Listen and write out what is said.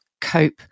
cope